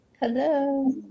Hello